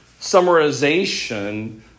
summarization